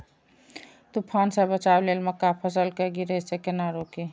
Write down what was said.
तुफान से बचाव लेल मक्का फसल के गिरे से केना रोकी?